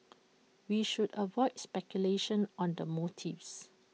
we should avoid speculation on the motives